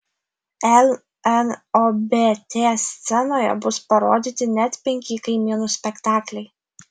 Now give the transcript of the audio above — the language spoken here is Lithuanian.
lnobt scenoje bus parodyti net penki kaimynų spektakliai